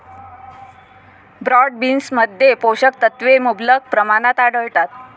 broad बीन्समध्ये पोषक तत्वे मुबलक प्रमाणात आढळतात